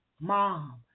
mom